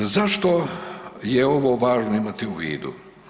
Zašto je ovo važno imati u vidu?